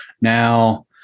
now